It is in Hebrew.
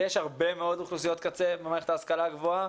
ויש הרבה מאוד אוכלוסיות קצה במערכת ההשכלה הגבוהה.